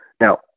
Now